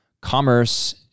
commerce